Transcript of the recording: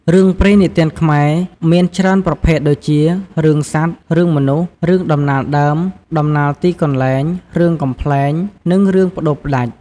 រឿងព្រេងនិទានខ្មែរមានច្រើនប្រភេទដូចជា រឿងសត្វ រឿងមនុស្ស រឿងដំណាលដើម តំណាលទីកន្លែង រឿងកំប្លែង និងរឿងប្ដូរផ្ដាច់។